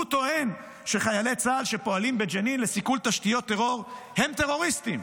הוא טוען שחיילי צה"ל שפועלים בג'נין לסיכול תשתיות טרור הם טרוריסטים.